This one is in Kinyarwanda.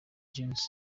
james